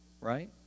right